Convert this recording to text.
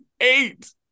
eight